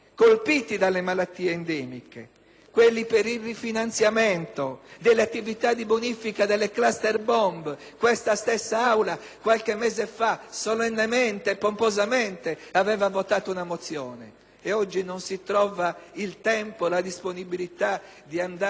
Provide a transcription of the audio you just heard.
quelli per il rifinanziamento delle attività di bonifica dalle *clusters bomb*. Qualche mese fa, questa stessa Aula ha solennemente e pomposamente votato una mozione e oggi non si trovano il tempo e la disponibilità di andare oltre un usurato ordine del giorno.